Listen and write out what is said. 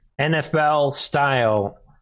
NFL-style